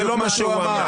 זה לא מה שהוא אמר.